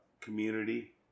community